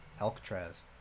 Alcatraz